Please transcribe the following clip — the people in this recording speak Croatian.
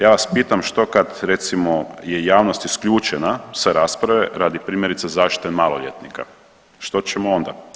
Ja vas pitam što kad je recimo javnost isključena sa rasprave radi primjerice zaštite maloljetnika, što ćemo onda.